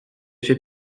fait